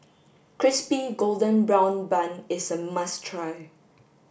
crispy golden brown bun is a must try